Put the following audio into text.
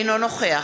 אינו נוכח